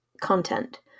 content